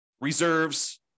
reserves